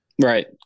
Right